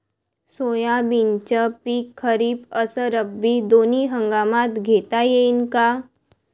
सोयाबीनचं पिक खरीप अस रब्बी दोनी हंगामात घेता येईन का?